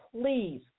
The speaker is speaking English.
please